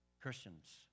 Christians